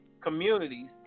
communities